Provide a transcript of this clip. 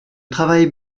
travaille